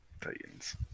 Titans